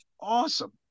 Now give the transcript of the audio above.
awesome